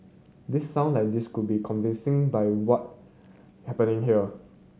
this sound like this could be convincing by what happening here